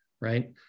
right